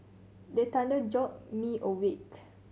the thunder jolt me awake